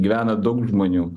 gyvena daug žmonių